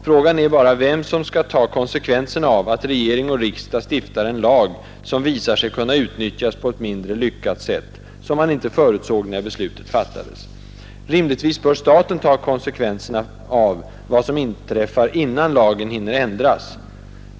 Frågan är bara vem som skall ta konsekvenserna av att regering och riksdag stiftar en lag som visar sig kunna utnyttjas på ett mindre lyckat sätt, som man inte förutsåg när beslutet fattades. Rimligtvis bör staten ta konsekvenserna av vad som inträffar innan lagen hinner ändras.